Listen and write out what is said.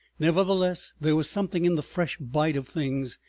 nevertheless, there was something in the fresh bite of things,